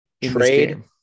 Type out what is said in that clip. Trade